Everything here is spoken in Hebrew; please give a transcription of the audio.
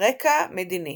רקע מדיני